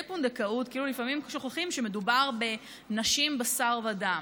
פונדקאות" לפעמים שוכחים שמדובר בנשים בשר ודם,